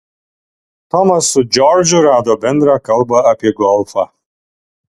tomas su džordžu rado bendrą kalbą apie golfą